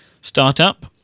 startup